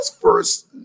first